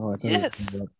Yes